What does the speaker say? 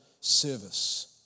service